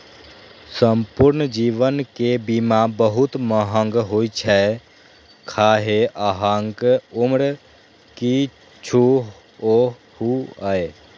संपूर्ण जीवन के बीमा बहुत महग होइ छै, खाहे अहांक उम्र किछुओ हुअय